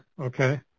okay